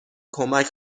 کمک